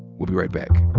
we'll be right back.